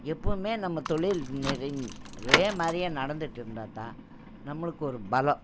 எப்போவுமே நம்ம தொழில் நெரிம் ஒரே மாதிரியே நடந்துட்டிருந்தா தான் நம்மளுக்கு ஒரு பலம்